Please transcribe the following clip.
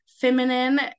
feminine